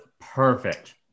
perfect